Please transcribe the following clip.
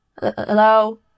Hello